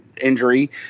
Injury